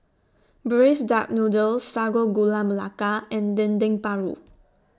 Braised Duck Noodle Sago Gula Melaka and Dendeng Paru